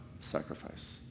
sacrifice